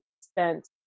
spent